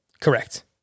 Correct